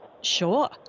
sure